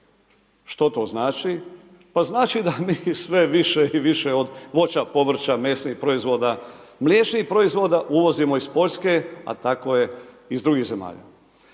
Što to znači? Pa znači da mi sve više i više od voća, povrća, mesnih proizvoda, mliječnih proizvoda uvozimo iz Poljske a tako je i iz drugih zemalja.